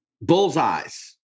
bullseyes